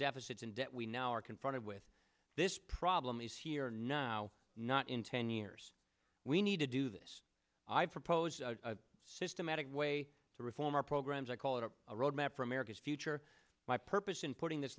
deficits and debt we now are confronted with this problem is here now not in ten years we need to do this i propose a systematic way to reform our programs i call it a roadmap for america's future my purpose in putting this